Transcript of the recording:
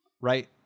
right